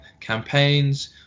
campaigns